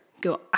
go